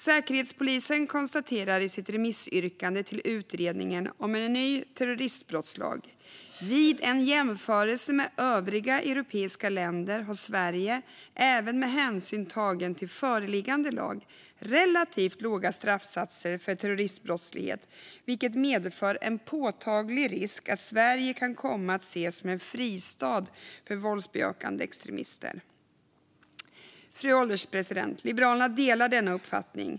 Säkerhetspolisen konstaterar i sitt remissyrkande till utredningen om en ny terroristbrottslag: "Vid en jämförelse med övriga europeiska länder har Sverige, även med hänsyn tagen till föreliggande lag, relativt låga straffsatser för terrorismbrottslighet, vilket medför en påtaglig risk att Sverige kan komma att ses som en fristad för våldsbejakande extremister." Liberalerna delar denna uppfattning.